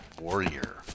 warrior